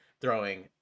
throwing